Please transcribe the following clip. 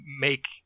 make